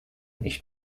ich